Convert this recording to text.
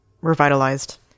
revitalized